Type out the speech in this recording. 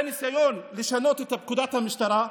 בניסיון לשנות את פקודת המשטרה,